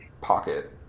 Pocket